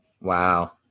Wow